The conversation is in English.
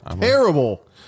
Terrible